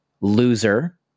loser